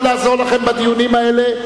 אני אשמח מאוד לעזור לכם בדיונים האלה,